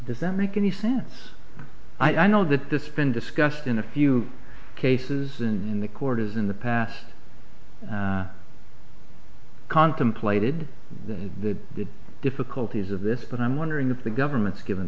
does that make any sense i know that this been discussed in a few cases in the court as in the past contemplated the difficulties of this but i'm wondering if the government's given